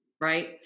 right